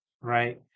Right